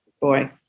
Boy